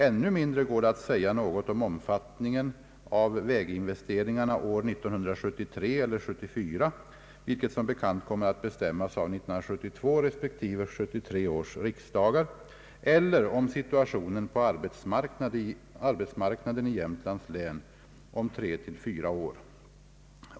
Ännu mindre går det att säga något om omfattningen av väginvesteringarna år 1973 eller 1974 — vilket som bekant kommer att bestämmas av 1972 resp. 1973 års riksdagar — elier om situationen på arbetsmarknaden i Jämtlands län om tre till fyra år.